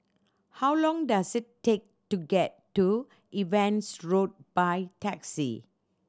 how long does it take to get to Evans Road by taxi